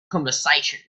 conversation